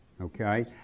Okay